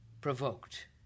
provoked